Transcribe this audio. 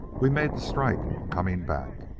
we made the strike coming back.